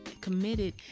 committed